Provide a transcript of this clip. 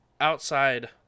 outside